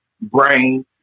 brain